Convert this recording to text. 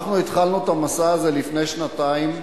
אנחנו התחלנו את המסע הזה לפני שנתיים,